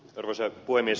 arvoisa puhemies